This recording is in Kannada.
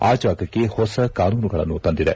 ಆ ಜಾಗಕ್ಕೆ ಹೊಸ ಕಾನೂನುಗಳನ್ನು ತಂದಿದೆ